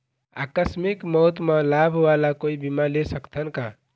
आकस मिक मौत म लाभ वाला कोई बीमा ले सकथन का?